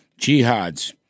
jihads